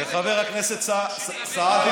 וחבר הכנסת סעדי,